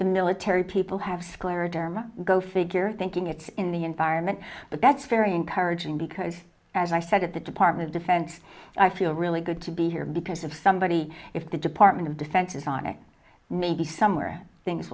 the military people have scleroderma go figure thinking it's in the environment but that's very encouraging because as i said at the department defense i feel really good to be here because of somebody if the department of defense is on it maybe